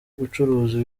gucuruza